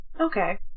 Okay